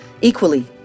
equally